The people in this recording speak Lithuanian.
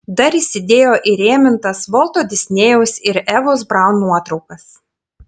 dar įsidėjo įrėmintas volto disnėjaus ir evos braun nuotraukas